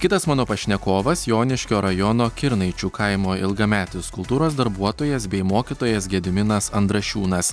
kitas mano pašnekovas joniškio rajono kirnaičių kaimo ilgametis kultūros darbuotojas bei mokytojas gediminas andrašiūnas